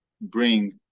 bring